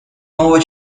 нового